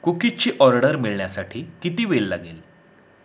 कुकीजची order मिळण्यासाठी किती वेळ लागेल